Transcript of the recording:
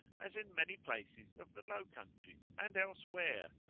as in many places of the low countries and elsewhere,